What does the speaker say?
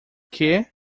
que